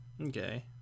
okay